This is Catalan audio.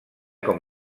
com